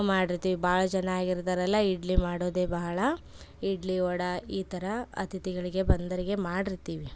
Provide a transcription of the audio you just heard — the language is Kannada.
ಮಾಡಿರ್ತೀವಿ ಭಾಳ ಜನ ಆಗಿರ್ತಾರಲ್ವ ಇಡ್ಲಿ ಮಾಡೋದೇ ಭಾಳ ಇಡ್ಲಿ ವಡೆ ಈ ಥರ ಅತಿಥಿಗಳಿಗೆ ಬಂದೋರಿಗೆ ಮಾಡಿರ್ತೀವಿ